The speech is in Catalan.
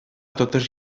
totes